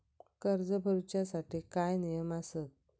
कर्ज भरूच्या साठी काय नियम आसत?